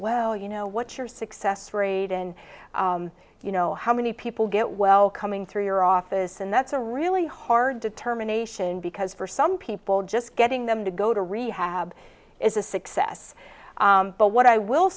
well you know what your success rate and you know how many people get well coming through your office and that's a really hard to terminations because for some people just getting them to go to rehab is a success but what i will